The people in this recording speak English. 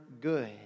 good